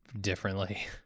differently